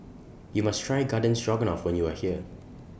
YOU must Try Garden Stroganoff when YOU Are here